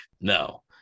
no